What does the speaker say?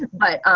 but, um,